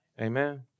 Amen